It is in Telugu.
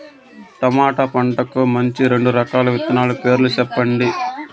టమోటా పంటకు మంచి రెండు రకాల విత్తనాల పేర్లు సెప్పండి